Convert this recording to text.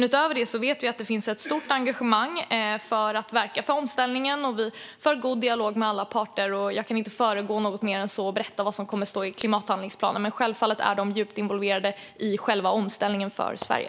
Utöver det vet vi att det finns ett stort engagemang för att verka för omställningen, och vi för en god dialog med alla parter. Jag kan inte föregripa detta mer än så och berätta vad som kommer att stå i klimathandlingsplanen. Men självfallet är kommunerna och regionerna djupt involverade i själva omställningen för Sverige.